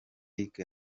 luc